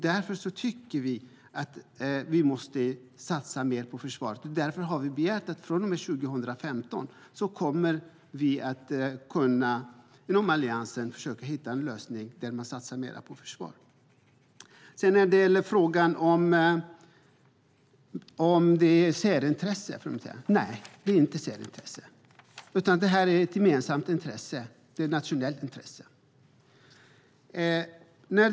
Därför anser vi att vi måste satsa mer på försvaret, och därför har vi inom Alliansen sagt att vi från och med 2015 ska försöka hitta en lösning där vi satsar mer på försvaret. När det gäller ifall det är ett särintresse vill jag svara att nej, det är inte ett särintresse. Det här är ett gemensamt nationellt intresse.